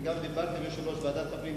אני גם דיברתי עם יושב-ראש ועדת הפנים,